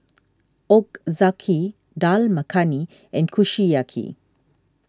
Ochazuke Dal Makhani and Kushiyaki